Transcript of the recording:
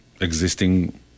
existing